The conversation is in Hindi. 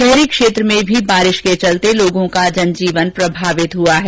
शहरी क्षेत्र में भी बारिश के चलते लोगों का जनजीवन प्रभावित हुआ है